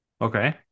Okay